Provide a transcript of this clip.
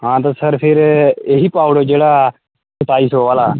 ते आं सर एह् ही पा करो सर जेह्ड़ा सताई सौ आह्ला